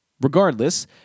Regardless